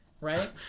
right